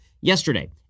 yesterday